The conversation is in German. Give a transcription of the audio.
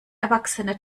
erwachsene